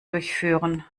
durchführen